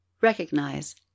Recognize